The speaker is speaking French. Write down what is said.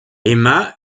emma